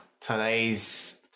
today's